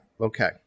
Okay